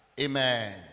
Amen